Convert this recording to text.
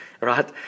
right